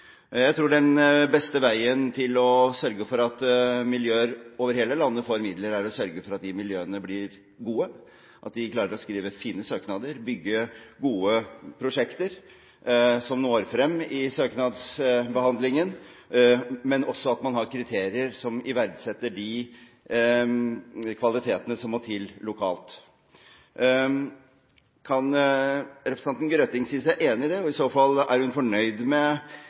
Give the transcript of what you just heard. Jeg tror den beste veien til å sørge for at miljøer over hele landet får midler, er at disse miljøene blir gode, at de klarer å skrive fine søknader, bygge gode prosjekter som når frem i søknadsbehandlingen, men også at man har kriterier som verdsetter de kvalitetene som må til lokalt. Kan representanten Grøtting si seg enig i det? Og i så fall, er hun fornøyd med